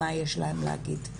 מה יש להן להגיד.